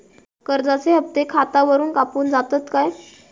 कर्जाचे हप्ते खातावरून कापून जातत काय?